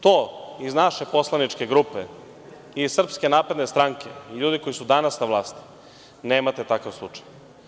To iz naše poslaničke grupe, iz Srpske napredne stranke i ljudi koji su danas na vlasti, nemate takav slučaj.